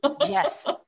Yes